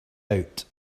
out